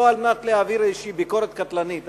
לא על מנת להעביר איזושהי ביקורת קטלנית,